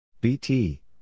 BT